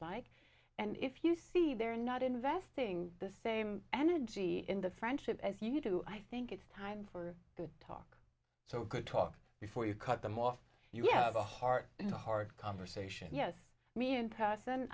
like and if you see they're not investing the same energy in the friendship as you do i think it's time for the talk so good talk before you cut them off you have a heart to heart conversation yes me in p